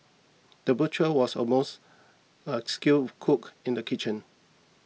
the butcher was almost a skilled cook in the kitchen